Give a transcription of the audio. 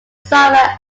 somewhere